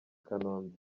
kanombe